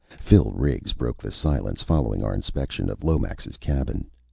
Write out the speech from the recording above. phil riggs broke the silence following our inspection of lomax's cabin.